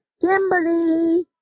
Kimberly